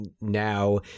now